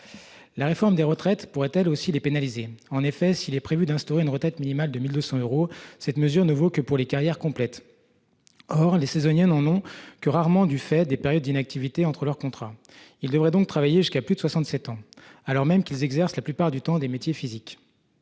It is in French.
La réforme des retraites pourrait elle aussi les pénaliser. En effet, s'il est prévu d'instaurer une retraite minimale de 1200 euros. Cette mesure ne vaut que pour les carrières complètes. Or les saisonniers n'en ont que rarement du fait des périodes d'inactivité entre leur contrat. Il devrait donc travailler jusqu'à plus de 67 ans, alors même qu'ils exercent la plupart du temps des métiers physiques.